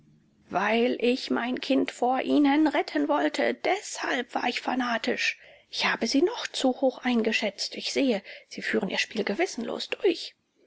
weil ich mein kind vor ihnen retten wollte deshalb war ich fanatisch ich habe sie noch zu hoch eingeschätzt ich sehe sie führen ihr spiel gewissenlos durch